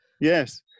Yes